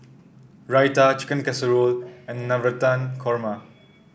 Raita Chicken Casserole and Navratan Korma